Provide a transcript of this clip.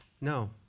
No